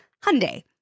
Hyundai